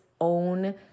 own